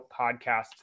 podcasts